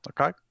Okay